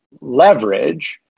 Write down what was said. leverage